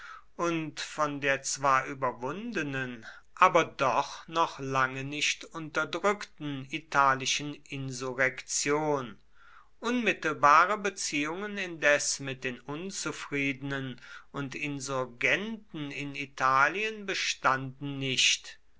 und von der zwar überwundenen aber doch noch lange nicht unterdrückten italischen insurrektion unmittelbare beziehungen indes mit den unzufriedenen und insurgenten in italien bestanden nicht